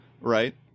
right